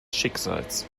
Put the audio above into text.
schicksals